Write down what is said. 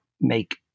make